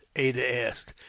ada asked.